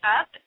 up